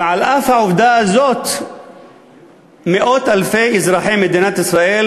ועל אף העובדה הזאת מאות אלפי אזרחי מדינת ישראל